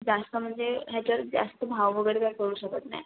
जास्त म्हणजे ह्याच्यात जास्त भाव वगैरे काय करू शकत नाही